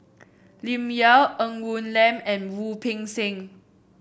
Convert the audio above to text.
Lim Yau Ng Woon Lam and Wu Peng Seng